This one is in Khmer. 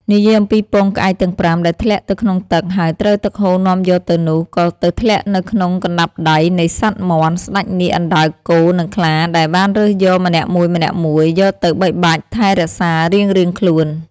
និយាយអំពីពងក្អែកទាំង ៥ ដែលធ្លាក់ទៅក្នុងទឹក ហើយត្រូវទឹកហូរនាំយកទៅនោះ ក៏ទៅធ្លាក់នៅក្នុង កណ្តាប់ដៃនៃសត្វមាន់ ស្តេចនាគ អណ្ដើក គោ និង ខ្លា ដែលបានរើសយកម្នាក់មួយៗ យកទៅបីបាច់ថែ រក្សារៀងៗខ្លួន។